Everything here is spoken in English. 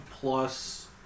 plus